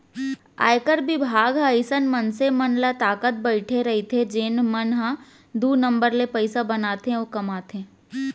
आयकर बिभाग ह अइसन मनसे मन ल ताकत बइठे रइथे जेन मन ह दू नंबर ले पइसा बनाथे अउ कमाथे